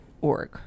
org